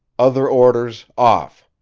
other orders off.